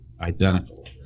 identical